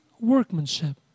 workmanship